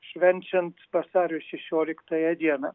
švenčiant vasario šešioliktąją dieną